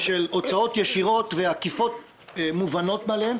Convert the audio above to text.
של הוצאות ישירות ועקיפות מובנות מאליהן.